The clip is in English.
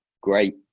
great